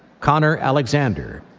connor alexander,